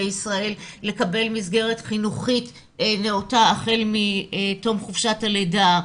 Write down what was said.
ישראל לקבל מסגרת חינוכית נאותה החל מתום חופשת הלידה.